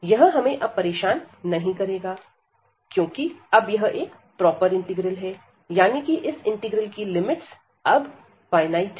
यह हमें अब परेशान नहीं करेगा क्योंकि अब यह एक प्रॉपर इंटीग्रल है यानी कि इस इंटीग्रल की लिमिट्स अब फायनाइट है